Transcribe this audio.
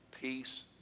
peace